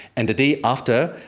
and the day after,